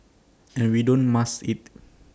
and we don't mask IT